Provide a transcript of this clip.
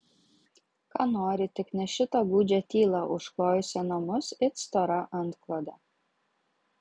ką nori tik ne šitą gūdžią tylą užklojusią namus it stora antklode